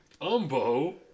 Umbo